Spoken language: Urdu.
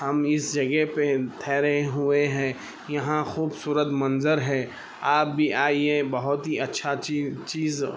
ہم اس جگہ پہ ٹھہرے ہوئے ہیں یہاں خوبصورت منظر ہے آپ بھی آئیے بہت ہی اچھا چیز چیز